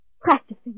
practicing